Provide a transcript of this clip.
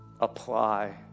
apply